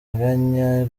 nteganya